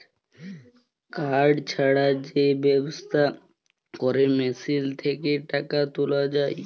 card ছাড়া যে ব্যবস্থা ক্যরে মেশিল থ্যাকে টাকা তুলা যায়